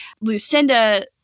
Lucinda